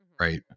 Right